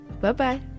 bye-bye